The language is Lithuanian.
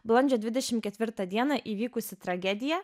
balandžio dvidešim ketvirtą dieną įvykusi tragedija